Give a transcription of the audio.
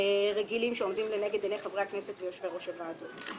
רגילים שעומדים לנגד עיני חברי הכנסת ויושבי-ראש הוועדות.